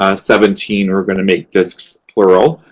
ah seventeen, we're going to make discs plural.